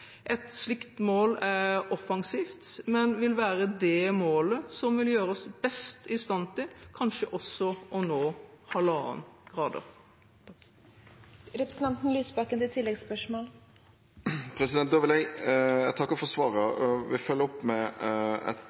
Et slikt mål er offensivt, men vil være det målet som vil gjøre oss best i stand til kanskje også å nå 1,5 grader. Jeg takker for svaret og vil følge opp med et